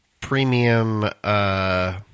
premium